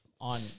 on